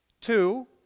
Two